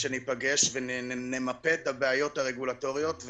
שניפגש ונמפה את הבעיות הרגולטוריות.